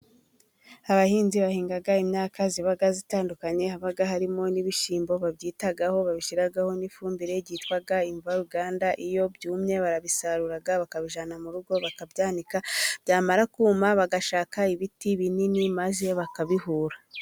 Abahinzi bahinga imyaka iba itandukanye, haba harimo n'ibishyimbo babyitaho, babishyiraho n'ifumbire yitwa imvaruganda, iyo byumye barabisarura ,bakabijyana mu rugo, bakabyanika, byamara kuma bagashaka ibiti binini maze bakabihura.